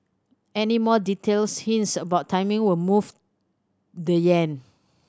any more details hints about timing will move the yen